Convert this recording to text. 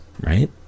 right